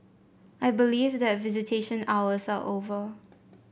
I believe that visitation hours are over